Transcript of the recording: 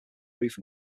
roof